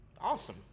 Awesome